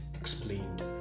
explained